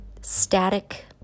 static